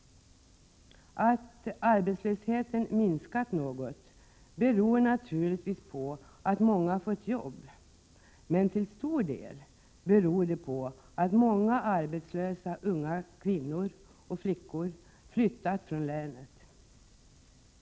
Att arbetslösheten har minskat något beror naturligtvis på att många har fått jobb, men till stor del beror det på att många arbetslösa unga kvinnor och flickor har flyttat från länet.